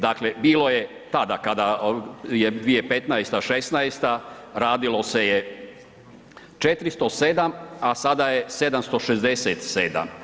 Dakle bilo je tada kada je 2015., 2016., radilo se je 407 a sada je 767.